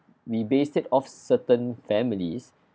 we based it off certain families